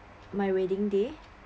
my wedding day